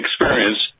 experience